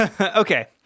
Okay